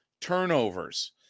Turnovers